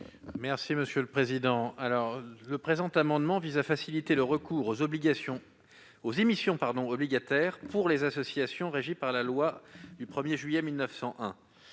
M. Emmanuel Capus. Le présent amendement vise à faciliter le recours aux émissions obligataires pour les associations régies par la loi du 1 juillet 1901.